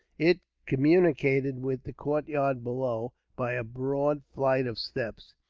it communicated with the courtyard, below, by a broad flight of steps.